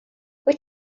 wyt